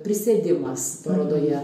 prisėdimas parodoje